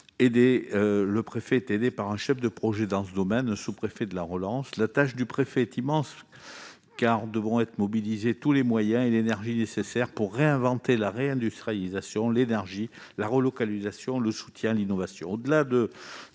du préfet, aidé par un chef de projet dans ce domaine, le sous-préfet à la relance. La tâche du préfet est immense, car devront être mobilisés tous les moyens et l'énergie nécessaires pour réinventer la réindustrialisation, l'énergie, la relocalisation, le soutien à l'innovation.